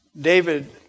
David